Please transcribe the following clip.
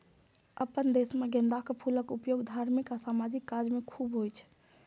अपना देश मे गेंदाक फूलक उपयोग धार्मिक आ सामाजिक काज मे खूब होइ छै